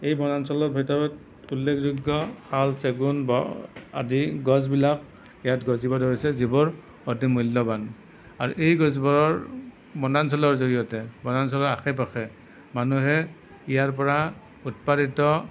এই বনাঞ্চলৰ ভিতৰত উল্লেখযোগ্য় শাল চেগুন বা আদি গছবিলাক ইয়াত গজিব ধৰিছে যিবোৰ অতি মূল্য়ৱান আৰু এই গছবোৰৰ বনাঞ্চলৰ জৰিয়তে বনাঞ্চলৰ আশে পাশে মানুহে ইয়াৰপৰা উৎপাদিত